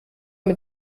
mit